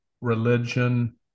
religion